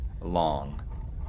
long